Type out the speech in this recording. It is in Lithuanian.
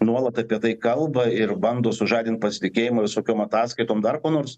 nuolat apie tai kalba ir bando sužadint pasitikėjimą visokiom ataskaitom dar kuo nors